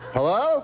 Hello